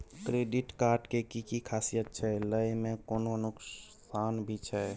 Credit card के कि खासियत छै, लय में कोनो नुकसान भी छै?